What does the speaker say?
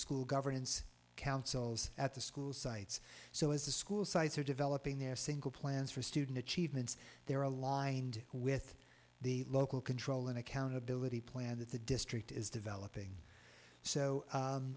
school governance councils at the school sites so as the school sites are developing their single plans for student achievement they're aligned with the local control and accountability plan that the district is developing so